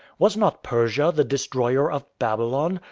was not persia the destroyer of babylon,